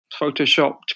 photoshopped